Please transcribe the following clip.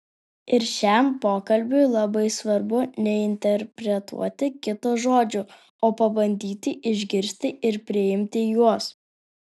ir šiam pokalbiui labai svarbu neinterpretuoti kito žodžių o pabandyti išgirsti ir priimti juos